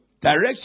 direction